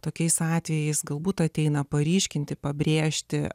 tokiais atvejais galbūt ateina paryškinti pabrėžti